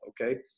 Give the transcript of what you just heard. okay